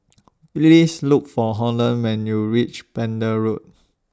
Please Look For Holland when YOU REACH Pender Road